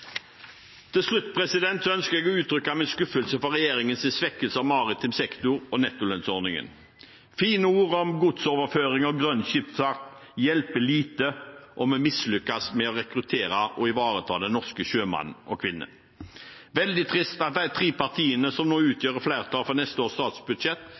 ønsker jeg å uttrykke min skuffelse over regjeringens svekkelse av maritim sektor og nettolønnsordningen. Fine ord om godsoverføring og grønn skipsfart hjelper lite om vi mislykkes med å rekruttere og ivareta den norske sjømann og -kvinne. Det er veldig trist at de tre partiene som nå utgjør flertallet for neste års statsbudsjett,